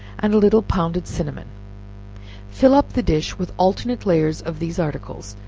and a little pounded cinnamon fill up the dish with alternate layers of these articles,